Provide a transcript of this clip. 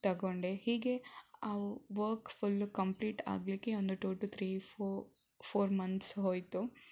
ತಗೊಂಡೆ ಹೀಗೆ ಆ ವರ್ಕ್ ಫುಲ್ ಕಂಪ್ಲೀಟ್ ಆಗಲಿಕ್ಕೆ ಒಂದು two two three four four months ಹೋಯಿತು